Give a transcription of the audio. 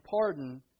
pardon